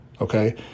Okay